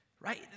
Right